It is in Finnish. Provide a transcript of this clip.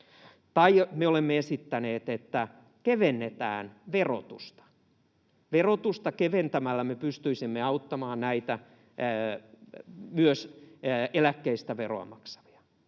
Tai me olemme esittäneet, että kevennetään verotusta. Verotusta keventämällä me pystyisimme auttamaan näitä myös eläkkeistä veroa maksavia.